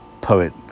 poet